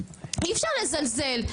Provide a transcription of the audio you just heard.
אי אפשר לזלזל.